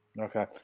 Okay